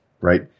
right